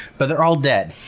but they're all dead.